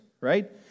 right